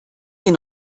den